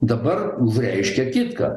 dabar užreiškė kitką